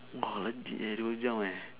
!wah! legit eh dua jam eh